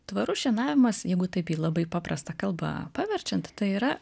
tvarus šienavimas jeigu taip į labai paprastą kalbą paverčiant tai yra